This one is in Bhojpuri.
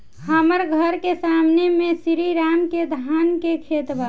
हमर घर के सामने में श्री राम के धान के खेत बा